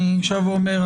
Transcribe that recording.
אני שב ואומר,